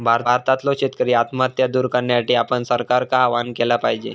भारतातल्यो शेतकरी आत्महत्या दूर करण्यासाठी आपण सरकारका आवाहन केला पाहिजे